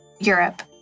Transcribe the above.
Europe